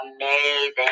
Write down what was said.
amazing